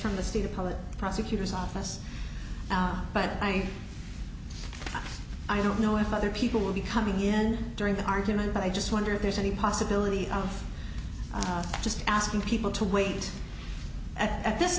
from the state appellate prosecutor's office but i i don't know if other people will be coming in during the argument but i just wonder if there's any possibility of just asking people to wait at this